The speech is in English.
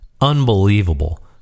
unbelievable